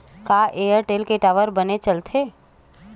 का एयरटेल के टावर बने चलथे?